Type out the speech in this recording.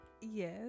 Yes